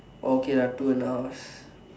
okay lah two and a half